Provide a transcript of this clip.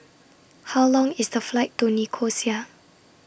How Long IS The Flight to Nicosia